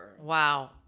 Wow